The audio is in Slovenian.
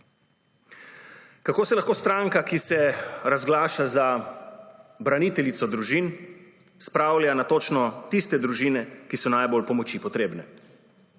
Kako se lahko stranka, ki se razglaša za braniteljico družin, spravlja na točno tiste družine, ki so najbolj pomoči potrebne.